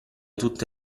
tutte